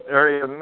area